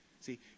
See